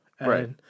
right